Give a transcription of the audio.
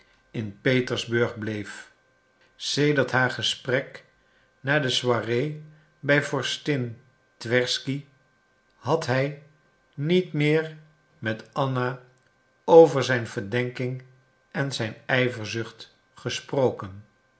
in petersburg bleef sedert haar gesprek na de soirée bij vorstin twersky had hij niet meer met anna over zijn verdenking en zijn ijverzucht gesproken